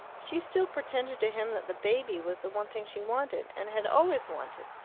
she still pretended to him that the baby was the one thing she wanted, and had always wanted,